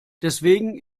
deswegen